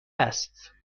است